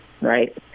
right